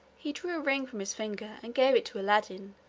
he drew a ring from his finger and gave it to aladdin,